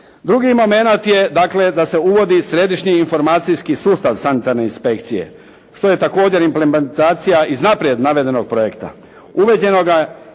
Drugi momenat je dakle da se uvodi središnji informacijski sustav sanitarne inspekcije što je također implementacija iz naprijed navedenog projekta … /Govornik